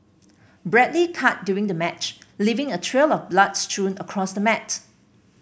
badly cut during the match leaving a trail of blood strewn across the mat